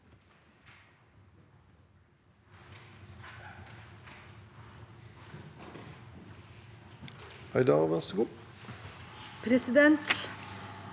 Presidenten